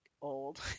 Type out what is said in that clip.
old